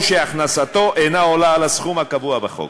או שהכנסתו אינה עולה על הסכום הקבוע בחוק.